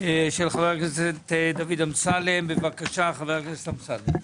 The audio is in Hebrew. של חבר הכנסת דוד אמסלם בבקשה חבר הכנסת אמסלם.